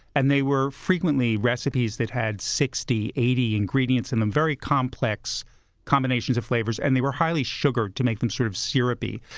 and they were frequently recipes that had sixty, eighty ingredients in them, very complex combinations of flavors. and they were highly sugared to make them sort of syrupy.